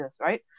right